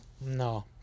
No